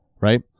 right